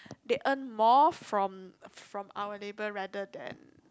they earn more from from our labour rather than